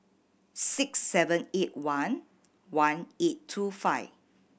six seven eight one one eight two five